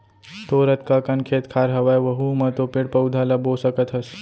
तोर अतका कन खेत खार हवय वहूँ म तो पेड़ पउधा ल बो सकत हस